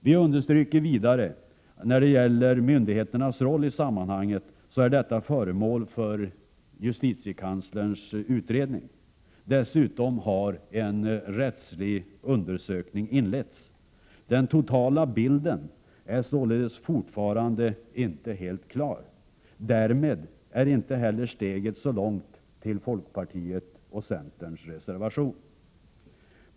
Vi understryker vidare att myndigheternas roll i sammanhanget är föremål för justitiekanslerns utredning. Dessutom har en rättslig undersökning inletts. Den totala bilden är således fortfarande inte helt klar. Därmed är inte heller steget så långt till folkpartiets och centerns reservation.